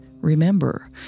remember